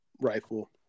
rifle